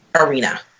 arena